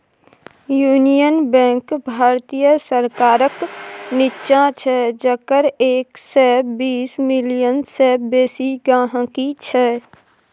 union bank भारतीय सरकारक निच्चां छै जकर एक सय बीस मिलियन सय बेसी गांहिकी छै